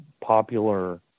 popular